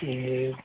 जी